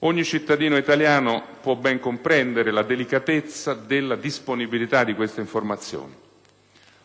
Ogni cittadino italiano può ben comprendere la delicatezza della disponibilità di queste informazioni: